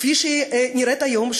כפי שהיא נראית היום,